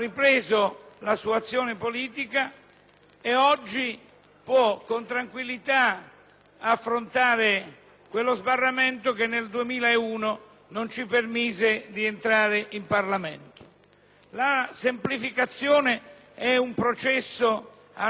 oggi può con tranquillità affrontare uno sbarramento che nel 2001 non ci permise di entrare in Parlamento. La semplificazione è un processo a nostro avviso non più arrestabile.